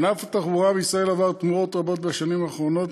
ענף התחבורה בישראל עבר תמורות רבות בשנים האחרונות.